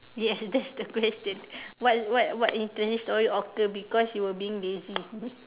yes that's the question what what what interesting story occur because you were being lazy